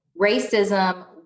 racism